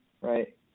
right